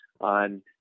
on